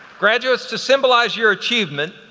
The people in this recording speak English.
graduates, to symbolize your achievement,